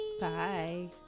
Bye